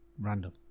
random